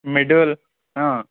মৃদুল অঁ